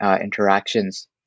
interactions